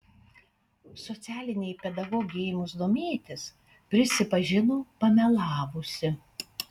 socialinei pedagogei ėmus domėtis prisipažino pamelavusi